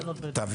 מה, הוא סופרמן?